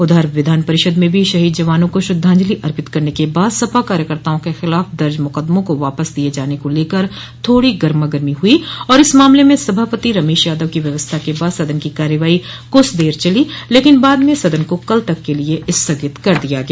उधर विधान परिषद में भी शहीद जवानों को श्रद्वाजंलि अर्पित करने के बाद सपा कार्यकर्ताओं के खिलाफ दर्ज मुकदमों को वापस लिये जाने को लेकर थोड़ी गर्मागर्मी हुई और इस मामले में सभापति रमेश यादव की व्यवस्था के बाद सदन की कार्यवाही कुछ देर चली लेकिन बाद में सदन को कल तक के लिये स्थगित कर दिया गया